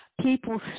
people